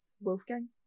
Wolfgang